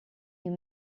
you